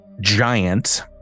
giant